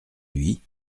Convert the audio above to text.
lui